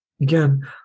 Again